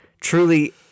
truly